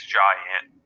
giant